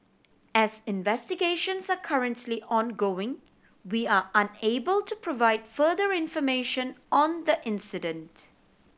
as investigations are currently ongoing we are unable to provide further information on the incident